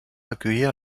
accueillir